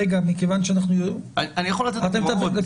אני יכול לתת דוגמאות.